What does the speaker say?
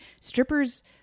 strippers